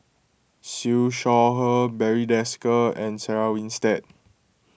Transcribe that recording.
Siew Shaw Her Barry Desker and Sarah Winstedt